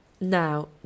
Now